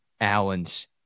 Allen's